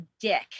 dick